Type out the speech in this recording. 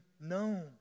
known